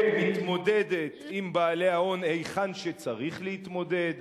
שמתמודדת עם בעלי ההון היכן שצריך להתמודד.